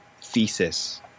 thesis